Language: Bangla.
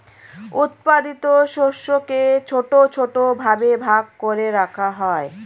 উৎপাদিত শস্যকে ছোট ছোট ভাবে ভাগ করে রাখা হয়